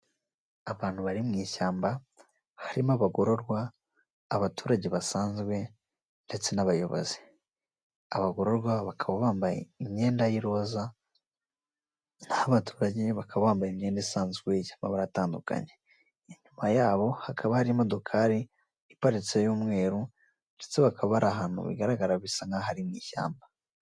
Abantu bari mu ishyamba harimo abagororwa, abaturage basanzwe ndetse n'abayobozi, abagororwa bakaba bambaye imyenda y'iroza n'aho abaturage bakaba bambaye imyenda isanzwe y'amabara atandukanye, inyuma yabo hakaba hari imodokari iparitse y'umweru ndetse bakaba bari ahantu bigaragara bisa nk'ahari mu ishyamba.